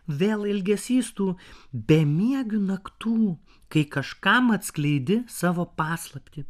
vėl ilgesys tų bemiegių naktų kai kažkam atskleidi savo paslaptį